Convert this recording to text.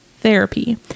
therapy